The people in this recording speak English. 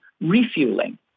refueling